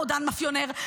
רודן מאפיונר,